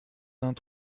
vingt